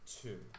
two